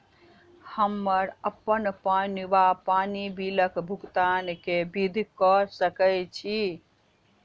हम्मर अप्पन पानि वा पानि बिलक भुगतान केँ विधि कऽ सकय छी?